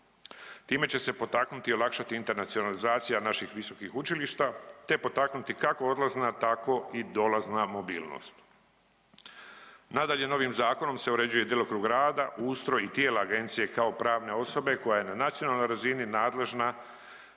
Time će se potaknuti i olakšati internacionalizacija naših visokih učilišta te potaknuti kako odlazna, tako i dolazna mobilnost. Nadalje, novim zakonom se uređuje djelokrug rada, ustroj i cijela Agencije kao pravne osobe koja je na nacionalnoj razini nadležna